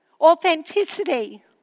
authenticity